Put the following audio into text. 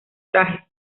trajes